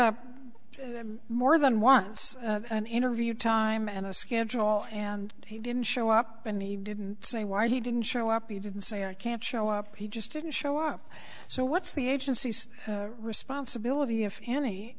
up more than once an interview time and schedule and he didn't show up and he didn't say why he didn't show up he didn't say i can't show up he just didn't show up so what's the agency's responsibility if any